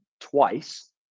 twice